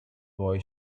boy